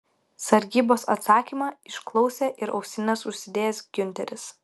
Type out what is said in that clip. sargybos atsakymą išklausė ir ausines užsidėjęs giunteris